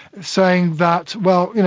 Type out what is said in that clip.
saying that, well, you know